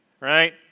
right